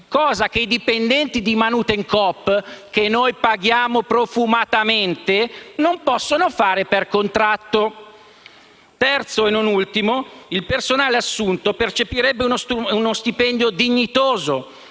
cosa che i dipendenti di Manutencoop, che noi paghiamo profumatamente, non possono fare per contratto. Terzo, ma non ultimo punto: i lavoratori assunti non percepirebbero uno stipendio dignitoso,